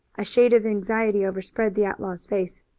a shade of anxiety overspread the outlaw's face.